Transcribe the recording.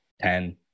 Ten